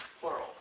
plural